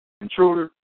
Intruder